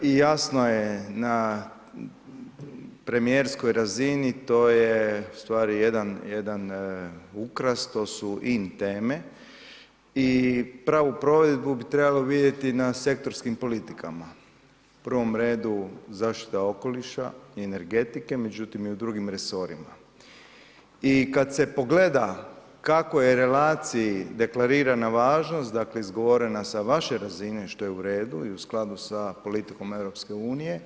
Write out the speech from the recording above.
I jasno je na premijerskoj razini, to je ustvari jedan, jedan ukras, to su in teme i pravu provedbu bi trebalo vidjeti na sektorskim politikama, u prvom redu zaštita okoliša i energetike, međutim, i u drugim resorima i kad se pogleda kako je relaciji deklarirana važnost, dakle izgovorena sa vaše razine što je u redu i u skladu sa politikom EU.